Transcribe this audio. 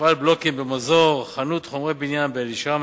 מפעל בלוקים במזור, חנות חומרי בניין באלישמע,